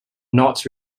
not